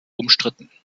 umstritten